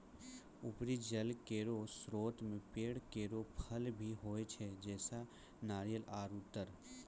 उपरी जल केरो स्रोत म पेड़ केरो फल भी होय छै, जैसें नारियल आरु तार